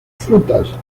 frutas